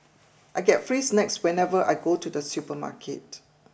I get free snacks whenever I go to the supermarket